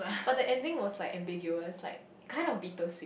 but the ending was like ambiguous like kind of bittersweet